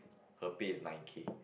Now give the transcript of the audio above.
her pay is nine K